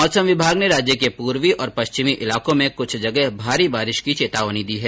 मौसम विभाग ने राज्य के पूर्वी और पश्चिमी इलाकों में कुछ जगह भारी वर्षा की चेतावनी दी है